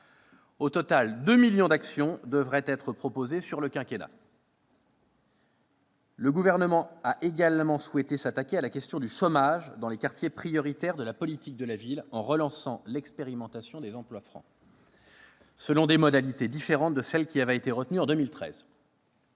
Au total, 2 millions d'actions de formation devraient être proposées sur le quinquennat. Le Gouvernement a également souhaité s'attaquer à la question du chômage dans les quartiers prioritaires de la politique de la ville, en relançant l'expérimentation des emplois francs, selon des modalités différentes de celles qui avaient été retenues en 2013.